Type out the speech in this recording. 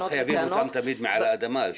גם לא חייבים אותם תמיד מעל האדמה.